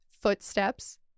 footsteps